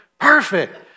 perfect